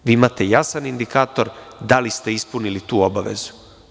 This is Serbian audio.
Imate jasan indikator da li ste ispunili tu obavezu.